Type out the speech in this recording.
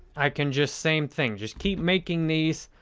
i can just same thing. just keep making these,